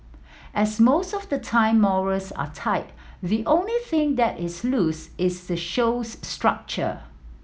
as most of the time morals are tight the only thing that is loose is the show's structure